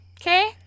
Okay